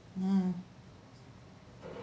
mm